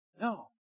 No